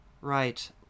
Right